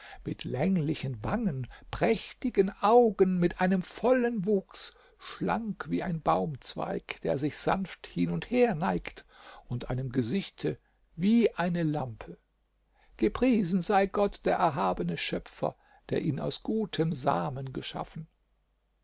mit länglichen wangen prächtigen augen mit einem vollen wuchs schlank wie ein baumzweig der sich sanft hin und her neigt und einem gesichte wie eine lampe gepriesen sei gott der erhabene schöpfer der ihn aus gutem samen geschaffen